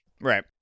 Right